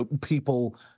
people